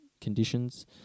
conditions